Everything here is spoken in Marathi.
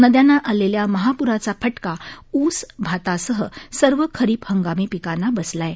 नद्यांना आलेल्या महाप्राचा फटका ऊस भातासह सर्व खरीप हंगामी पिकांना बसला आहे